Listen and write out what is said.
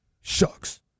Shucks